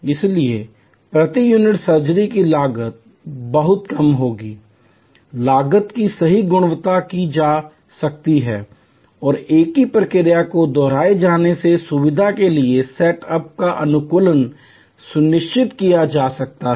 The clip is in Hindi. इसलिए प्रति यूनिट सर्जरी की लागत बहुत कम होगी लागत की सही गणना की जा सकती है और एक ही प्रक्रिया को दोहराए जाने से सुविधा के लिए सेट अप का अनुकूलन सुनिश्चित किया जा सकता है